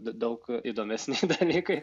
d daug įdomesni dalykai